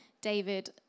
David